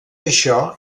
això